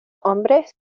hombres